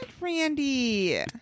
randy